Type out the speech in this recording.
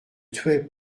tuait